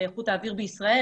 בקרן.